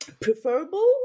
preferable